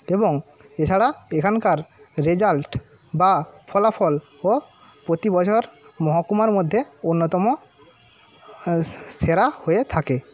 এবং এছাড়া এখানকার রেজাল্ট বা ফলাফলও প্রতি বছর মহকুমার মধ্যে অন্যতম স সেরা হয়ে থাকে